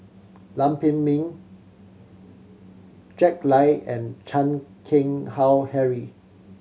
Lam Pin Min Jack Lai and Chan Keng Howe Harry